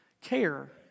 care